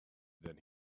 then